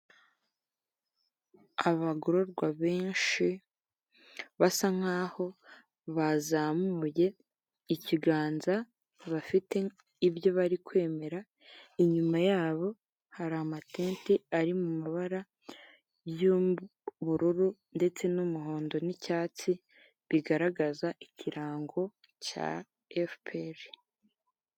Abagororwa benshi basa nkaho bazamuye ikiganza bafite ibyo bari kwemera, inyuma yabo hari amatenti ari mu mabara y'ubururu ndetse n'umuhondo n'icyatsi bigaragaza ikirango cya efuperi.